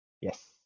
Yes